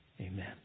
Amen